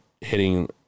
hitting